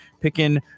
picking